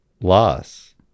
loss